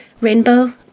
rainbow